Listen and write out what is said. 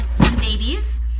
babies